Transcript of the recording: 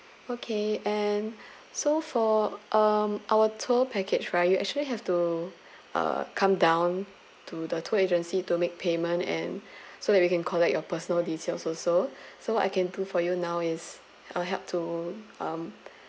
okay and so for um our tour package right you actually have to uh come down to the tour agency to make payment and so that we can collect your personal details also so I can do for you now is I'll help to um